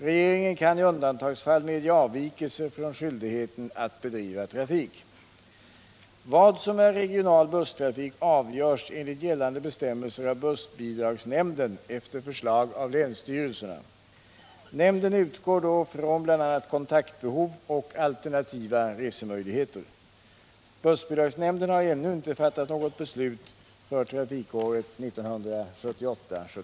Regeringen kan i undantagsfall medge avvikelse från skyldighet att bedriva trafik. Vad som är regional busstrafik avgörs enligt gällande bestämmelser av bussbidragsnämnden efter förslag av länsstyrelserna. Nämnden utgår då från bl.a. kontaktbehov och alternativa resemöjligheter. Bussbidragsnämnden har ännu inte fattat något beslut för trafikåret 1978/79.